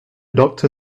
doctor